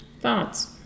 Thoughts